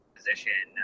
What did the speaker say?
position